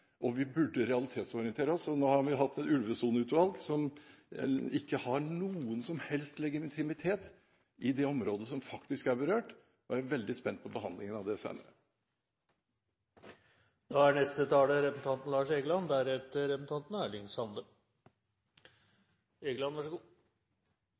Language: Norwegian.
og vi burde realitetsorientere oss. Nå har vi hatt et ulvesoneutvalg som ikke har noen som helst legitimitet i det området som faktisk er berørt, og jeg er veldig spent på behandlingen av det